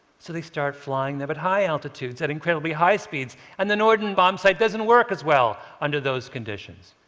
so they started flying them at high altitudes at incredibly high speeds. and the norden bombsight doesn't work as well under those conditions.